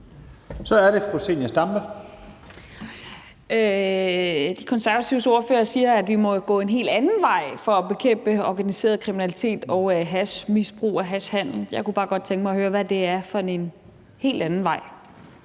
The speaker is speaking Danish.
Kl. 18:35 Zenia Stampe (RV): De Konservatives ordfører siger jo, at vi må gå en helt anden vej for at bekæmpe organiseret kriminalitet og hashmisbrug og hashhandel. Jeg kunne bare godt tænke mig at høre, hvad det er for en helt anden vej.